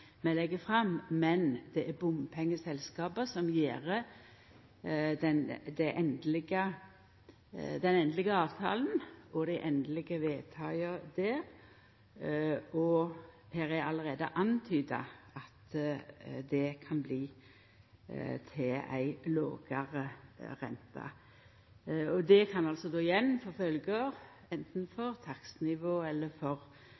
legg fram, men det er bompengeselskapa som gjer den endelege avtalen og det endelege vedtaket der. Her er det allereie antyda at det kan bli til ei lågare rente. Det kan då igjen få følgjar anten for takstnivået eller for